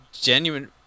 genuine